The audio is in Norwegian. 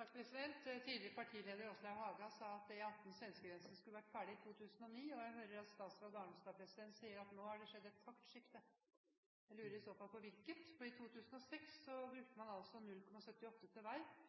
Tidligere partileder Åslaug Haga sa at E18 til svenskegrensen skulle vært ferdig i 2009, og jeg hører at statsråd Arnstad sier at nå har det skjedd et taktskifte. Jeg lurer i så fall på hvilket, for i 2006 brukte man altså en andel av statsbudsjettet på 0,78 pst. til vei,